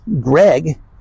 Greg